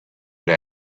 down